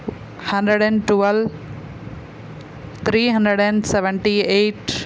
hundred and twelve three hundred and seventy eight